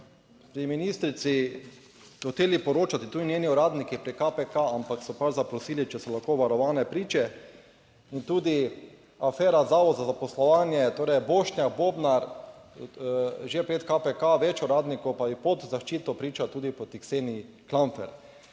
pri ministrici hoteli poročati tudi njeni uradniki pri KPK, ampak so pač zaprosili, če so lahko varovane priče in tudi afera Zavod za zaposlovanje, torej Bošnjak Bobnar že pred KPK, več uradnikov pa je pod zaščito, priča tudi proti(?) Kseniji Klampfer.